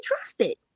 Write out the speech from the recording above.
trusted